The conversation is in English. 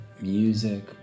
music